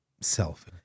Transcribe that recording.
Self